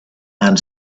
and